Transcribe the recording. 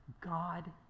God